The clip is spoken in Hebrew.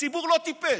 הציבור לא טיפש.